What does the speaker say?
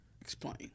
explain